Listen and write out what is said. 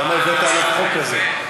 אז למה הבאת עליו חוק כזה?